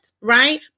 right